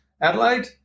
Adelaide